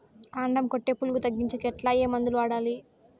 కాండం కొట్టే పులుగు తగ్గించేకి ఎట్లా? ఏ మందులు వాడాలి?